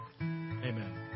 Amen